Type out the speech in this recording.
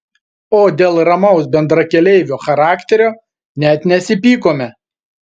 o dėl ramaus bendrakeleivio charakterio net nesipykome